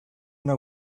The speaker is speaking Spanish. una